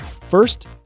First